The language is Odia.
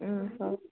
ଉଁ ହଉ